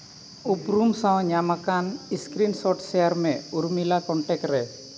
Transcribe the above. ᱩᱯᱨᱩᱢ ᱥᱟᱶ ᱧᱟᱢᱟᱠᱟᱱ ᱥᱠᱨᱤᱱᱥᱚᱴ ᱥᱮᱭᱟᱨ ᱢᱮ ᱩᱨᱢᱤᱞᱟ ᱠᱚᱱᱴᱮᱠᱴ ᱨᱮ